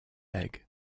egg